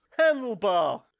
Handlebar